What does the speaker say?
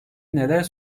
neler